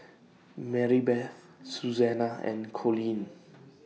Maribeth Susannah and Coleen